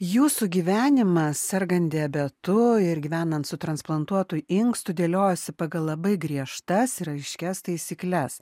jūsų gyvenimas sergant diabetu ir gyvenant su transplantuotu inkstu dėliojasi pagal labai griežtas ir aiškias taisykles